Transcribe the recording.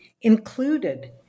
included